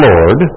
Lord